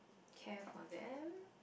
care for them